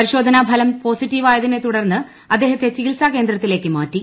പരിശോധന ഫലം പോസിറ്റീവ് ആയതിനെ തുടർന്ന് അദ്ദേഹത്തെ ചികിൽസാ കേന്ദ്രത്തിലേക്ക് മാറ്റി